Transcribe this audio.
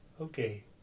Okay